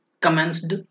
commenced